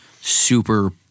super